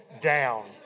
down